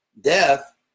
death